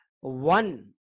One